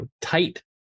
tight